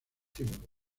tiempo